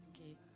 Okay